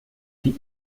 die